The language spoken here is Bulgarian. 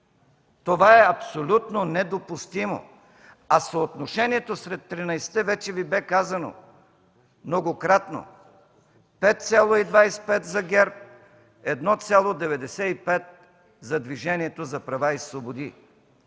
Това е абсолютно недопустимо, а съотношението сред 13-те вече Ви бе казано многократно: 5,25 – за ГЕРБ, 1,95 – за Движението за права и свободи.